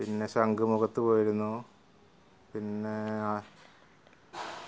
പിന്നെ ശംഖുമുഖത്ത് പോയിരുന്നു പിന്നേ ആ